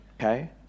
okay